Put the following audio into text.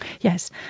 Yes